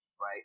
right